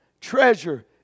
Treasure